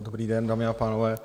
Dobrý den, dámy a pánové.